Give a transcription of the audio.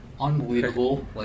unbelievable